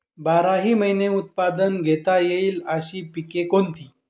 बाराही महिने उत्पादन घेता येईल अशी पिके कोणती?